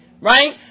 right